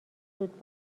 زود